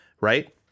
right